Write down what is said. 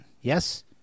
Yes